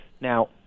Now